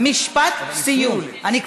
אבל